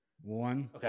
One